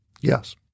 Yes